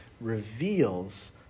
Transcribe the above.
reveals